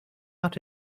out